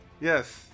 Yes